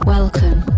Welcome